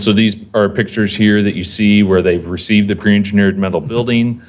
so these are pictures here that you see where they've received the pre-engineered metal building.